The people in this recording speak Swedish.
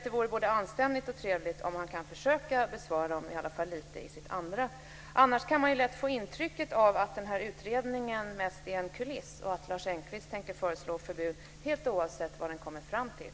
Det vore både anständigt och trevligt om han i alla fall lite grann försökte besvara dem i sitt nästa inlägg, för annars kan man lätt få intrycket att utredningen mest är en kuliss och att Lars Engqvist tänker föreslå ett förbud helt oavsett vad utredningen kommer fram till.